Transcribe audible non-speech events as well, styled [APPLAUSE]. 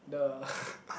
the [LAUGHS]